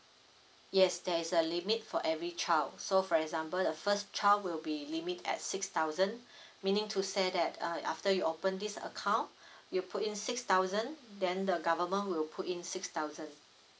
yes there is a limit for every child so for example the first child will be limit at six thousand meaning to say that uh after you open this account you put in six thousand then the government will put in six thousand